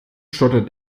stottert